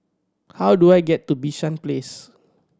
how do I get to Bishan Place